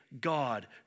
God